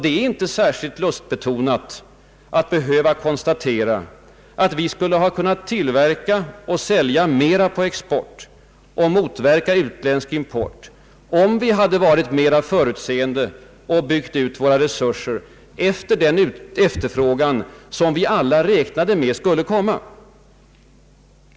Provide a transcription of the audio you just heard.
Det är inte särskilt lustbetonat att behöva konstatera att vi skulle ha kunnat tillverka och sälja mera på export och motverka utländsk import, om vi hade varit mera förutseende och byggt ut våra resurser för den efterfrågan som vi alla räknade med skulle komma.